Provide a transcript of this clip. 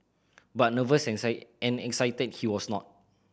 but nervous and and excited he was not